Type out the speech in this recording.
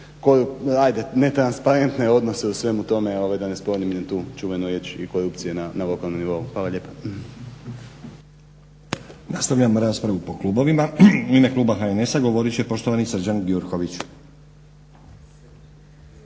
ne transparentne odnose u svemu tome da ne spominjem tu čuvenu riječ i korupcije na lokalnom nivou. Hvala lijepa.